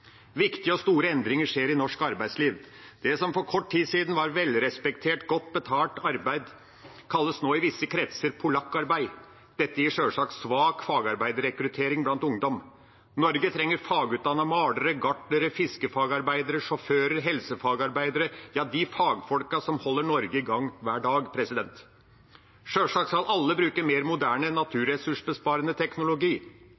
Viktige og store endringer skjer i norsk arbeidsliv. Det som for kort tid siden var velrespektert, godt betalt arbeid, kalles nå i visse kretser «polakkarbeid». Dette gir sjølsagt svak fagarbeiderrekruttering blant ungdom. Norge trenger fagutdannede malere, gartnere, fiskefagarbeidere, sjåfører, helsefagarbeidere – ja, de fagfolkene som holder Norge i gang hver dag. Sjølsagt skal alle bruke mer moderne